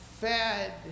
fed